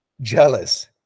jealous